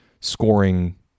scoring